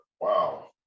Wow